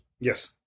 Yes